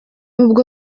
ubwo